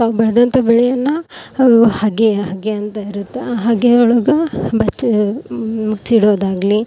ತಾವು ಬೆಳ್ದಂಥ ಬೆಳೆಯನ್ನು ಹಗೇವು ಹಗೇವು ಅಂತ ಇರುತ್ತೆ ಆ ಹಗೇವು ಒಳಗೆ ಬಚ್ಚ ಮುಚ್ಚಿಡೋದಾಗ್ಲಿ